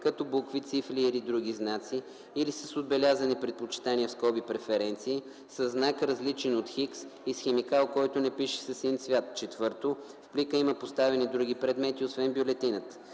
като букви, цифри или други знаци или с отбелязани предпочитания (преференции) със знак, различен от „Х” и с химикал, който не пише със син цвят; 4. в плика има поставени други предмети освен бюлетината.